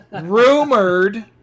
Rumored